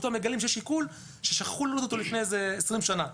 פתאום מגלים שיש עיקול ששכחו לבטל אותו לפני 20 שנה.